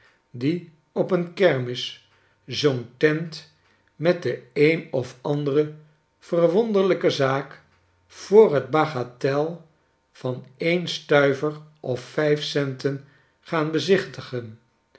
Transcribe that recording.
die op een kermis zoo'n tent met de een of andere verwonderlijke zaak voor t bagatel van een stuiver of vijf centen gaan bezichtigen